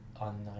on